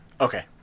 Okay